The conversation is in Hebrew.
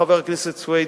חבר הכנסת סוייד,